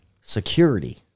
security